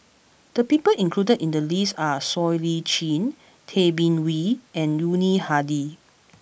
the people included in the list are Siow Lee Chin Tay Bin Wee and Yuni Hadi